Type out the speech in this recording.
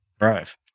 Right